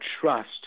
trust